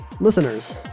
Listeners